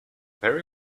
very